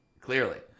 clearly